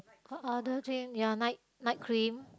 what other thing ya night night cream